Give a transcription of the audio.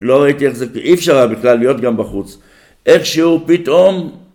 לא ראיתי איך זה, אי אפשר היה בכלל להיות גם בחוץ. איכשהו פתאום